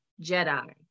jedi